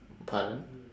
pardon